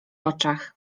oczach